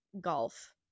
golf